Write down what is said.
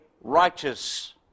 righteous